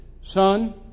son